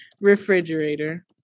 Refrigerator